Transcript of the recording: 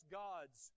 gods